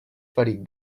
ferits